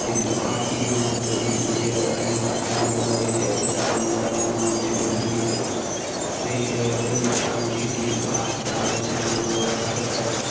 بیٚیہِ دِتُکھ hockey ground دِتُکھ بیٚیہِ دِتُکھ یہِ رَنِنٛگ سِسٹَم ییٚتہِ مطلب ییٚتہِ دَونُک دَوَن وَوَن چھِ بیٚیہِ دِتُکھ ییٚتہِ بیٚیہِ بیٚیہِ ترٛاونوکھ ییٚتہِ کیٚمپ اَکھ تہِ ترٛاونوکھ سانہِ ہُہ حفاظت خٲطرٕ